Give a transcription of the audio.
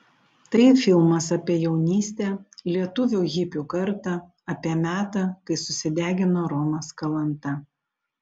tai filmas apie jaunystę lietuvių hipių kartą apie metą kai susidegino romas kalanta